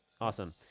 Awesome